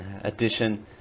edition